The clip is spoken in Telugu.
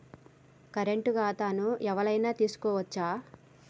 కరెంట్ ఖాతాను ఎవలైనా తీసుకోవచ్చా?